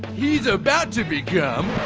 he's about to become.